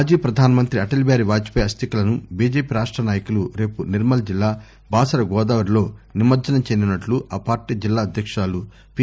మాజీ పధానమంతి అటల్ బిహారీ వాజపేయి అస్థికలను బీజేపీ రాష్ట నాయకులు రేపు నిర్మల్ జిల్లా బాసర గోదావరిలో నిమజ్జనం చేయనున్నట్టు ఆ పార్టీ జిల్లా అధ్యక్షురాలు పి